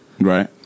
Right